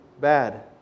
bad